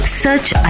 search